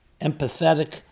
empathetic